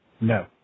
No